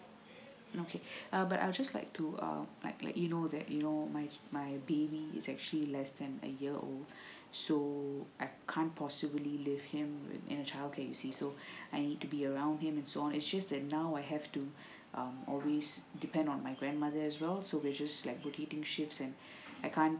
okay but I'll just like to uh like like you know that you know my my baby it's actually less than a year or so I can't possibly leave him in a childcare you see so I need to be around him and so on it's just that now I have to um always depend on my grandmother as well so we'll just like quickly shift and I can't